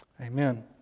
amen